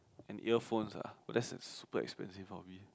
and earphone lah that's super expensive for me